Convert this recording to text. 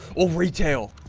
oh retail.